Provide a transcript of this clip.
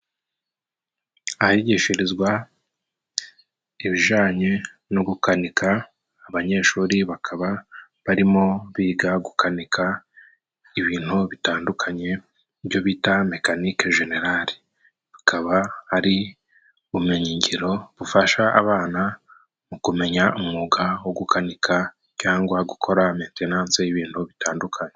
Ahigishirizwa ibijanye no gukanika, abanyeshuri bakaba barimo biga gukanika ibintu bitandukanye byo bita mekanike jenerari, bikaba ari ubumenyi ngiro bufasha abana mu kumenya umwuga wo gukanika, cyangwa gukora metenanse y'ibintu bitandukanye.